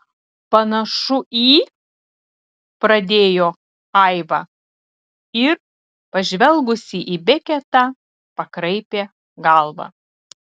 panašu į pradėjo aiva ir pažvelgusi į beketą pakraipė galvą